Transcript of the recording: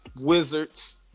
Wizards